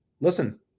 listen